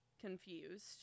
confused